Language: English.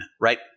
right